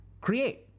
create